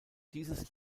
dieses